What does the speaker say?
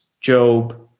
Job